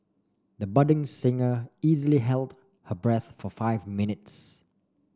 the budding singer easily held her breath for five minutes